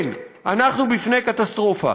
כן, אנחנו בפני קטסטרופה.